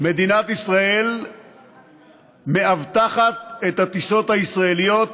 מדינת ישראל מאבטחת את הטיסות הישראליות